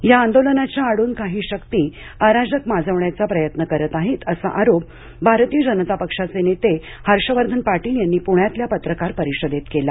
या आंदोलनाच्या आडून काही शक्ती अराजक माजविण्याचा प्रयत्न करीत आहेत असा आरोप भारतीय जनता पक्षाचे नेते हर्षवर्धन पाटील यांनी पुण्यातल्या पत्रकार परिषदेत केला